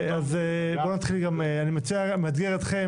ואני מאתגר אתכם,